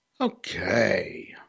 Okay